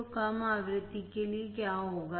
तो कम आवृत्ति के लिए क्या होगा